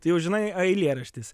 tai jau žinai eilėraštis